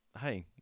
hey